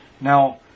Now